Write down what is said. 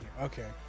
Okay